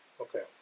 Okay